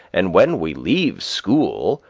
and when we leave school,